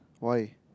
why